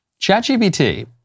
ChatGPT